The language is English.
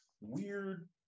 weird